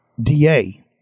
DA